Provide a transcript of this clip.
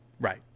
right